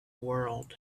world